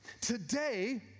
Today